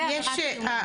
זאת עבירת איומים.